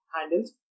handles